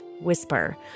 Whisper